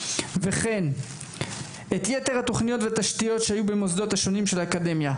בנושא; וכן את יתר התכניות והתשתיות שהיו במוסדות השונים של האקדמיה.